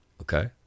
okay